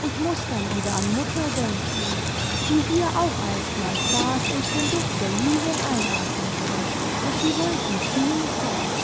ich muß dann wieder an mutter denken die hier auch einstmals saß und den duft der lilien einatmete und die wolken ziehen sah